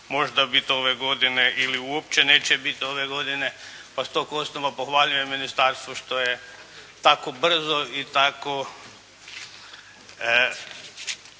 možda biti ove godine ili uopće neće biti ove godine pa s tog osnova pohvaljujem ministarstvo što je tako brzo i tako